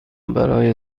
برای